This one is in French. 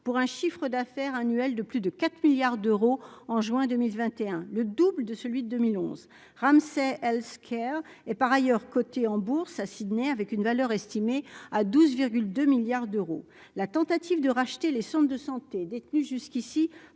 pour un chiffre d'affaires annuel de plus de 4 milliards d'euros en juin 2021, soit le double de celui de 2011 ! Ramsay Health Care est par ailleurs coté en Bourse à Sydney, sa valeur étant estimée à 12,2 milliards d'euros. La tentative de racheter les centres de santé détenus par